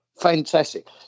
fantastic